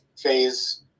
phase